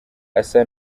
asa